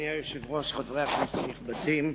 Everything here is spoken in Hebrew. אדוני היושב-ראש, חברי הכנסת הנכבדים,